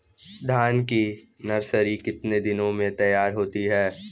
धान की नर्सरी कितने दिनों में तैयार होती है?